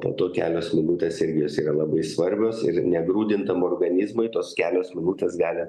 po to kelios minutės irgi jos yra labai svarbios ir ne grūdintam organizmui tos kelios minutės gali